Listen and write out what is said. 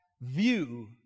view